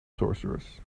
sorcerers